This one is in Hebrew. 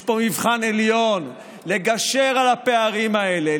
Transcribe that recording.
יש פה מבחן עליון: לגשר על הפערים האלה,